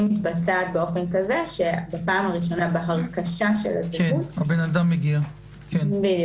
אם מתבצעת באופן כזה שבפעם הראשונה בהרכשה של הזהות האדם מגיע פיזית,